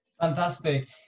Fantastic